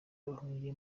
bahungiye